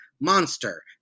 Monster